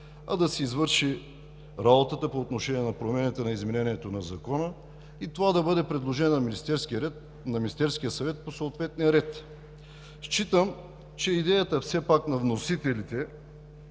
а да се извърши работата по отношение промените на изменението на Закона и това да бъде предложение на Министерския съвет по съответния ред. Считам, че идеята на вносителите